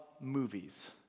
movies